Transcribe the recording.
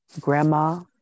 grandma